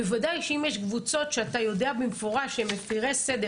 בוודאי שאם יש קבוצות שאתה יודע במפורש שהם מפירי סדר